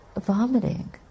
vomiting